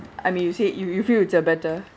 I mean you said you you feel it's a better